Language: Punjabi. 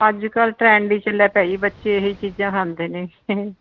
ਅੱਜ ਕੱਲ੍ਹ ਟਰੈਂਡ ਹੀ ਚੱਲਿਆ ਪਿਆ ਜੀ ਬੱਚੇ ਇਹੀ ਚੀਜ਼ਾਂ ਖਾਂਦੇ ਨੇ